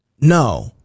no